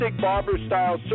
barber-style